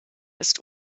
ist